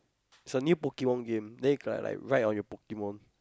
it's a new Pokemon game then you can like like ride on your Pokemon